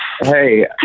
Hey